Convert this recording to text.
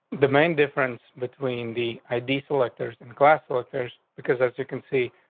the main difference between the i d selectors and class electors. because, as you can see,